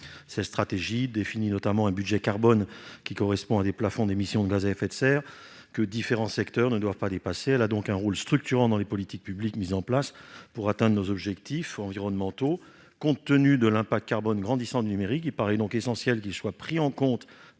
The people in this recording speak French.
Cette stratégie définit un « budget carbone », qui correspond à des plafonds d'émission de gaz à effet de serre, que différents secteurs ne doivent pas dépasser. Elle a donc un rôle structurant dans les politiques publiques mises en place pour atteindre nos objectifs environnementaux. Compte tenu de l'impact carbone grandissant du numérique, il paraît essentiel que ce dernier soit pris en compte